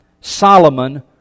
Solomon